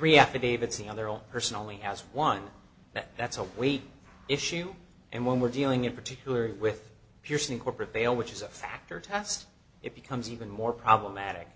will personally has one that's a weight issue and when we're dealing in particular with piercing corporate veil which is a fact or test it becomes even more problematic